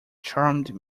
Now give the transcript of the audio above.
charmed